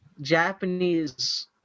Japanese